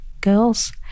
girls